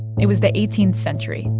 it was the eighteenth century,